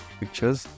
pictures